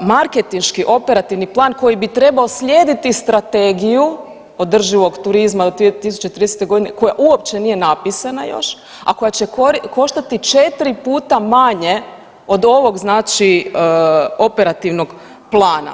marketinški operativni plan koji bi trebao slijediti strategiju održivog turizma do 2030.g. koja uopće nije napisana još, a koja će koštati 4 puta manje od ovog znači operativnog plana.